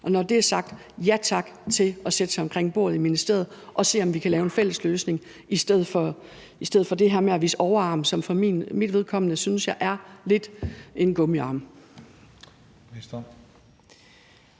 Og når det er sagt: Ja tak til at sætte sig omkring bordet i ministeriet og se på, om vi kan lave en fælles løsning, i stedet for det her med at vise overarm, som jeg synes er lidt af en gummiarm.